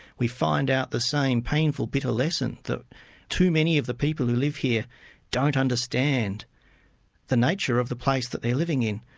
we find out the same painful bitter lesson that too many of the people who live here don't understand the nature of the place they're living in,